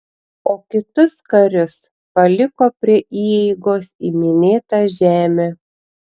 o kitus karius paliko prie įeigos į minėtą žemę